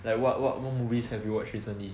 like what what movies have you watched recently